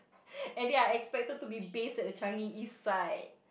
and they are expected to be based at Changi-East side